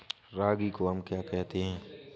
रागी को हम क्या कहते हैं?